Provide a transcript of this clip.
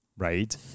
Right